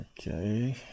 Okay